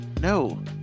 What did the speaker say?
no